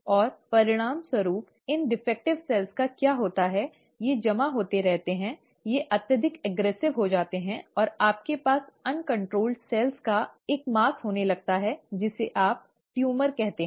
और परिणामस्वरूप इन दोषपूर्ण कोशिकाओं का क्या होता है ये जमा होते रहते हैं वे अत्यधिक आक्रामक हो जाते हैं और आपके पास अनियंत्रित कोशिकाओं का एक द्रव्यमान होने लगता है जिसे आप ट्यूमर'tumors' कहते हैं